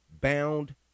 bound